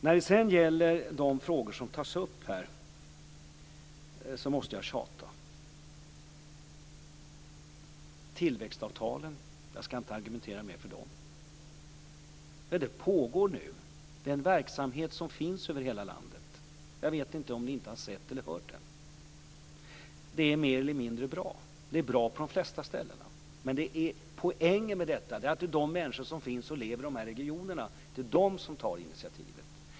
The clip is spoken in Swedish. När det sedan gäller de frågor som tas upp här måste jag tjata. Tillväxtavtalen - jag skall inte argumentera mer för dem. Men det pågår nu en verksamhet över hela landet. Jag vet inte om ni inte har sett den eller hört talas om den. Den är mer eller mindre bra. Den är bra på de flesta ställen. Men poängen är att det är de människor som finns och lever i dessa regioner som tar initiativet.